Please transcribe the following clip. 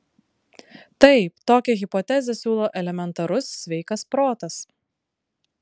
taip tokią hipotezę siūlo elementarus sveikas protas